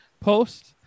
post